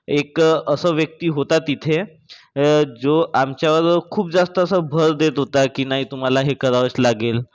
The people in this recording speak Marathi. एक असं व्यक्ती होता तिथे जो आमच्यावर खुप जास्त असा भर देत होता की नाही तुम्हाला हे करावंच लागेल